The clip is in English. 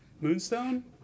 Moonstone